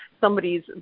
somebody's